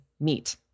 meet